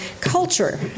culture